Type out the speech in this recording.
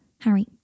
Harry